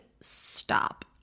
stop